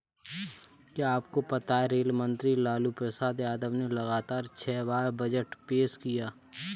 क्या आपको पता है रेल मंत्री लालू प्रसाद यादव ने लगातार छह बार बजट पेश किया?